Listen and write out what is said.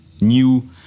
new